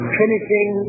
finishing